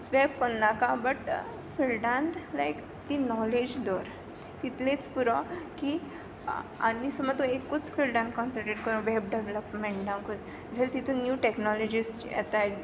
swap कोन्नाका but फिल्डांत लायक ती नॉलेज दवर तितलीच पुरो की आनी समज तूं एकूच फिल्डान कॉन्संट्रेट कर बॅब डॅवलॉमँटाकूत जाल तितून न्यू टॅक्नॉलॉजीस येताय